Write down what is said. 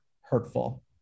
hurtful